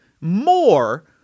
more